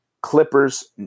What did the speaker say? Clippers